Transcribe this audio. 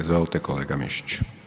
Izvolite kolega Mišić.